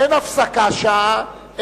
אין הפסקה שעה,